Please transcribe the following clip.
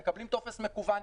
הם מקבלים טופס מקוון,